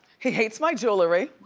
he hates my jewelry.